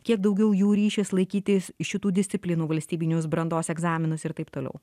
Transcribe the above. kiek daugiau jų ryšis laikyti šitų disciplinų valstybinius brandos egzaminus ir taip toliau